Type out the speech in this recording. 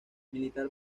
militar